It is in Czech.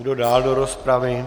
Kdo dál do rozpravy?